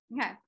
Okay